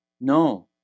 No